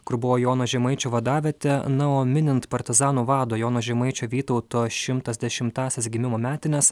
kur buvo jono žemaičio vadavietė na o minint partizanų vado jono žemaičio vytauto šimtas dešimąsias gimimo metines